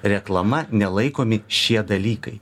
reklama nelaikomi šie dalykai